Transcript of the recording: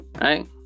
right